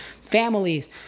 families